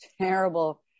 terrible